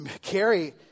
Carrie